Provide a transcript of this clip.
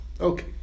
Okay